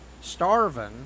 starving